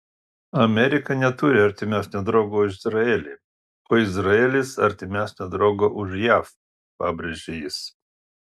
amerika neturi artimesnio draugo už izraelį o izraelis artimesnio draugo už jav pabrėžė jis